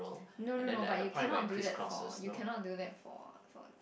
no no no but you cannot do that for you cannot do that for for